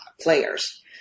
players